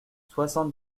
soixante